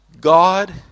God